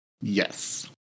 Yes